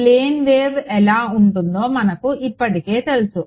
plane wave ఎలా ఉంటుందో మనకు ఇప్పటికే తెలుసు